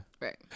right